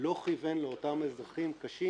לא כיוון לאותם אזרחים קשים